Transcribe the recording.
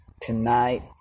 tonight